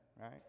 right